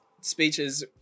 speeches